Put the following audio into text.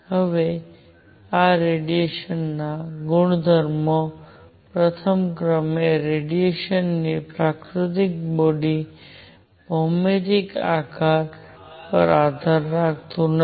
હવે આ રેડિયેશન ના ગુણધર્મો પ્રથમ ક્રમે રેડિયેશન ની પ્રકૃતિ બોડીના ભૌમિતિક આકાર પર આધાર રાખતી નથી